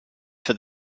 for